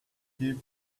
keep